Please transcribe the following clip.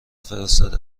فرستاده